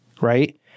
right